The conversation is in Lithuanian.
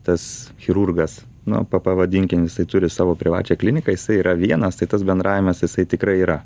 tas chirurgas nu pa pavadinkim jisai turi savo privačią kliniką jisai yra vienas tai tas bendravimas jisai tikrai yra